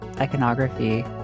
iconography